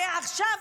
הרי עכשיו,